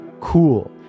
cool